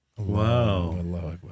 Wow